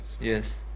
Yes